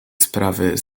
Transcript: sprawy